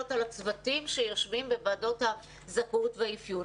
בצוותים שיושבים בוועדות הזכאות והאפיון.